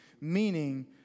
meaning